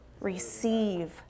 receive